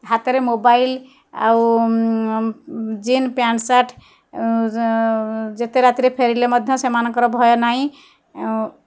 ହାତରେ ମୋବାଇଲ ଆଉ jeans pant shirt ଯେତେ ରାତିରେ ଫେରିଲେ ମଧ୍ୟ ସେମାନଙ୍କର ଭୟ ନାହିଁ ଆଉ